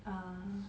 err